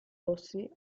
rossi